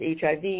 HIV